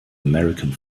american